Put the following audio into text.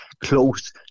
close